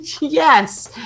Yes